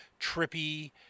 trippy